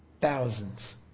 thousands